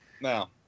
now